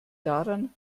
daran